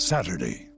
Saturday